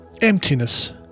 Emptiness